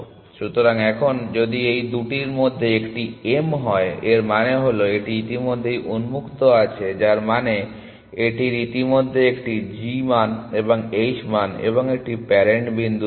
সুতরাং এখন যদি এই দুটির মধ্যে একটি m হয় এর মানে হল এটি ইতিমধ্যেই উন্মুক্ত আছে যার মানে এটির ইতিমধ্যে একটি g মান এবং h মান এবং একটি প্যারেন্ট বিন্দু রয়েছে